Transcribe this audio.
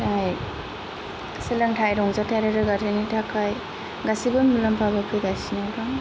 जाय सोलोंथाय रंजाथाय आरो रोगाथाइयारिनि थाखाय गासिबो मुलाम्फा दं